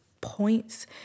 points